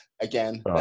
again